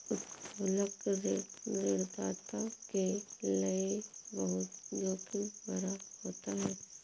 उत्तोलन ऋण ऋणदाता के लये बहुत जोखिम भरा होता है